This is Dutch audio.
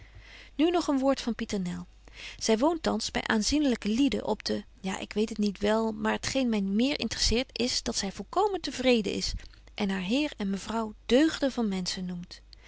nu nog een woord van pieternel zy woont thans by aanzienelyke lieden op de ja ik weet het niet wel maar t geen my meer intresseert is dat zy volkomen te vreden is en haar heer en mevrouw deugden van menschen noemt